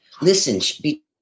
Listen